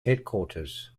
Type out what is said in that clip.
headquarters